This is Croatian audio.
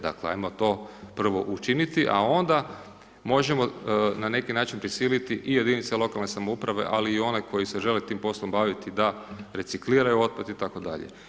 Dakle, ajmo to prvo učiniti, a onda možemo na neki način prisiliti i jedinice lokalne samouprave, ali i one koji se žele tim poslom baviti da recikliraju otpad itd.